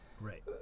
Right